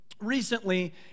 recently